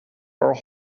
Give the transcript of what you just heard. are